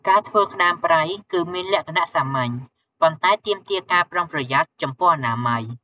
ការធ្វើក្ដាមប្រៃគឺមានលក្ខណៈសាមញ្ញ ប៉ុន្តែទាមទារការប្រុងប្រយ័ត្នចំពោះអនាម័យ។